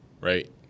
Right